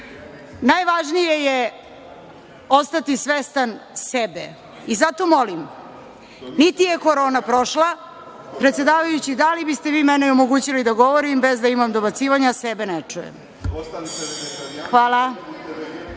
jagnjad. Najvažnije je ostati svestan sebe. Zato molim, niti je Korona prošla…Predsedavajući, da li biste vi meni omogućili da govorim, bez da imam dobacivanja, ne čujem